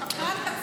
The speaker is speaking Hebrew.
שקרן.